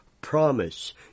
promise